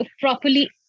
properly